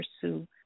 pursue